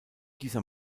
dieser